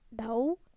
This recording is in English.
No